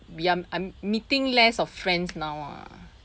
ya I'm meeting less of friends now ah